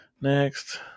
Next